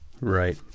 Right